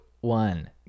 one